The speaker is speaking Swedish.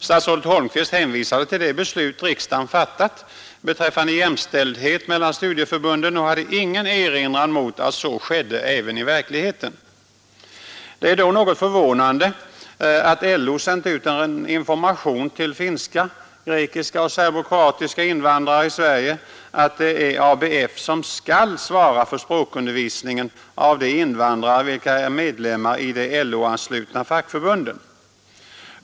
Statsrådet Holmqvist hänvisade till det beslut riksdagen fattat beträffande jämställdhet mellan studieförbunden och hade ingen erinran mot att så skedde även i verkligheten. Det är då något förvånande att LO sänt ut information till finska, grekiska och serbokroatiska invandrare i Sverige att det är ABF som skall svara för språkundervisningen av de invandrare vilka är medlemmar i de LO-anslutna fackförbunden.